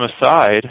aside